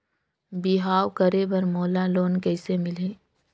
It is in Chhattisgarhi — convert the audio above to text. बिहाव करे बर मोला लोन कइसे मिलही?